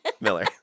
Miller